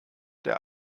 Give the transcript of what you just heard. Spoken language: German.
der